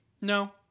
No